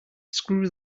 screw